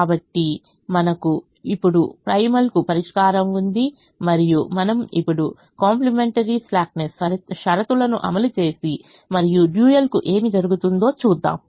కాబట్టి మనకు ఇప్పుడు ప్రైమల్కు పరిష్కారం ఉంది మరియు మనము ఇప్పుడు కాంప్లిమెంటరీ స్లాక్నెస్ షరతులను అమలు చేసి మరియు డ్యూయల్ కు ఏమి జరుగుతుందో చూద్దాం